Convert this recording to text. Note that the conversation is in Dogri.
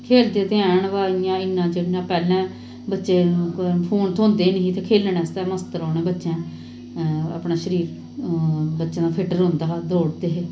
खेलदे ते हैन पर इ'यां इन्ना पैह्लैं बच्चैं कुदै फोन थ्होंदे गै नेईं हे ते खेलनै आस्तै मस्त रौह्ना बच्चें अपना शरीर बच्चें दा ठीक रौंह्दा हा दौड़दे हे